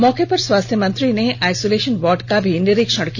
मौके पर स्वास्थ्य मंत्री ने आइसोलेशन वार्ड का भी निरीक्षण किया